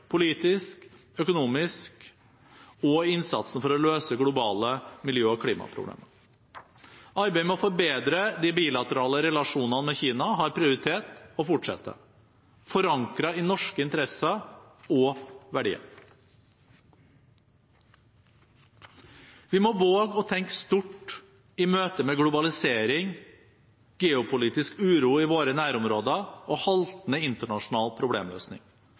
politisk, økonomisk og i innsatsen for å løse globale miljø- og klimaproblemer. Arbeidet med å forbedre de bilaterale relasjonene med Kina har prioritet og fortsetter, forankret i norske interesser og verdier. Vi må våge å tenke stort i møte med globalisering, geopolitisk uro i våre nærområder og haltende internasjonal problemløsning: